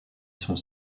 sont